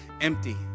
empty